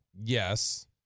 yes